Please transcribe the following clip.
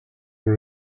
were